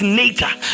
nature